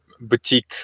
boutique